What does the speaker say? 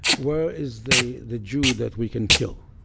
where is the the jew that we can kill?